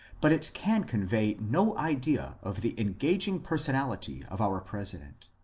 but it can convey no idea of the engaging personality of our president.